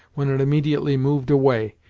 when it immediately moved away,